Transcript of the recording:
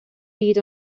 byd